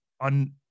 on